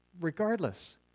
regardless